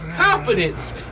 Confidence